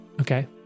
Okay